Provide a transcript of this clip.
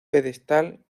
pedestal